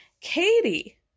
Katie